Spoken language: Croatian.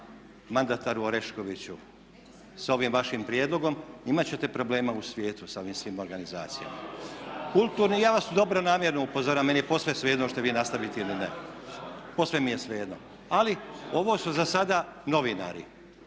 mandataru Oreškoviću s ovim vašim prijedlogom imati ćete problema u svijetu sa ovim svim organizacijama. Kulturni, ja vas dobronamjerno upozoravam, meni je posve svejedno hoćete li vi nastaviti ili ne, posve mi je svejedno ali ovo su za sada novinari.